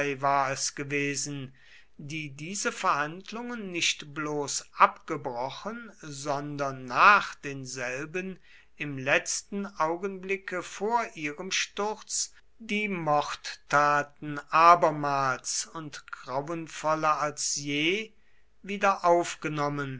war es gewesen die diese verhandlungen nicht bloß abgebrochen sondern nach denselben im letzten augenblicke vor ihrem sturz die mordtaten abermals und grauenvoller als je